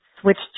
switched